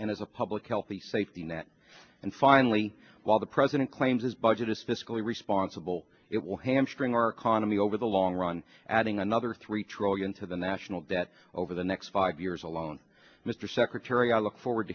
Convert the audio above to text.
and as a public health the safety net and finally while the president claims his budget is fiscally responsible it will hamstring our economy over the long run adding another three trillion to the national debt over the next five years alone mr secretary i look forward